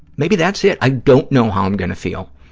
maybe that's it. i don't know how i'm going to feel.